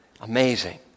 Amazing